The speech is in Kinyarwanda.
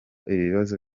ibibazo